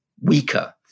weaker